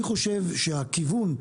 אני חושב שהכיוון,